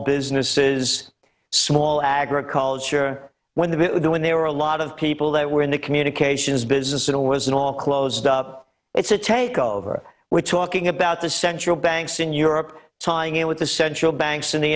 businesses small agriculture when the bit when they were a lot of people that were in the communications business at all was it all closed up it's a takeover we're talking about the central banks in europe tying in with the central banks in the